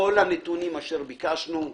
כל הנתונים אשר ביקשנו,